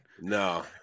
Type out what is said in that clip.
No